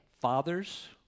fathers